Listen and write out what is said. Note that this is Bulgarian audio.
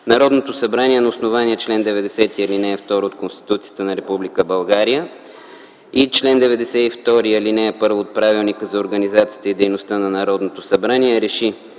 Народното събрание, на основание чл. 90, ал. 2 от Конституцията на Република България и чл. 92, ал. 1 от Правилника за организацията и дейността на Народното събрание,